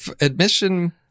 admission –